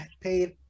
paid